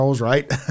right